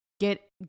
Get